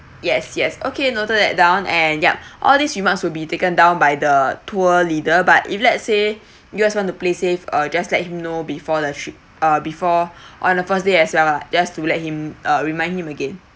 yes yes okay noted that down and yup all these remarks will be taken down by the tour leader but if let's say you guys want to play safe uh just let him know before the trip uh before on the first day as well lah just to let him uh remind him again